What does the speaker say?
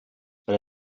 per